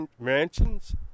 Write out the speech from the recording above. mansions